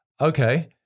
Okay